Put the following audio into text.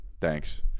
Thanks